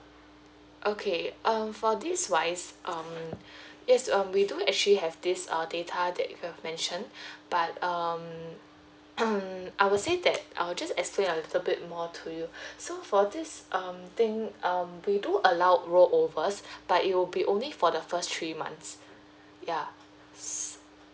okay um for this wise um yes um we do actually have this err data that you have mentioned but um um I would say that I'll just explain a little bit more to you so for this um thing um we do allow roll over us but it will be only for the first three months ya